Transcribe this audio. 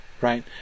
right